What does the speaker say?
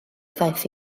ddaeth